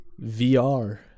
VR